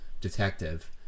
detective